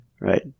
Right